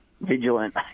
vigilant